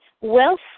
wealth